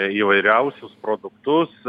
įvairiausius produktus